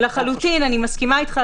אני מסכימה איתך,